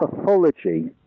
pathology